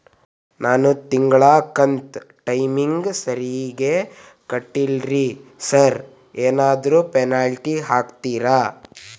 ನಾನು ತಿಂಗ್ಳ ಕಂತ್ ಟೈಮಿಗ್ ಸರಿಗೆ ಕಟ್ಟಿಲ್ರಿ ಸಾರ್ ಏನಾದ್ರು ಪೆನಾಲ್ಟಿ ಹಾಕ್ತಿರೆನ್ರಿ?